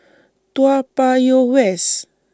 Toa Payoh West